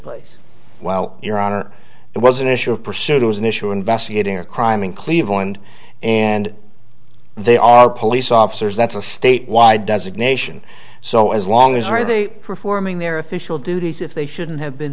place well your honor it was an issue of pursuit it was an issue investigating a crime in cleveland and they are police officers that's a statewide designation so as long as are they performing their official duties if they shouldn't have been